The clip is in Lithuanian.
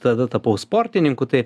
tada tapau sportininku tai